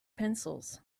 pencils